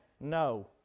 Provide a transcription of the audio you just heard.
no